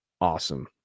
awesome